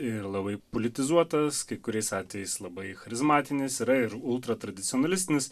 ir labai politizuotas kai kuriais atvejais labai charizmatinis yra ir ultra tradicionalistinis